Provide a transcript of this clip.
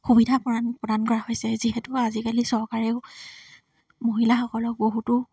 সুবিধা প্ৰদান প্ৰদান কৰা হৈছে যিহেতু আজিকালি চৰকাৰেও মহিলাসকলক বহুতো